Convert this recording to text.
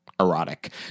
Erotic